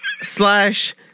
Slash